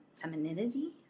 femininity